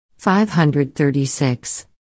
536